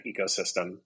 ecosystem